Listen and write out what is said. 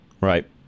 Right